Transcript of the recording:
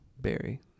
Barry